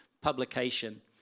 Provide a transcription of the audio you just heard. publication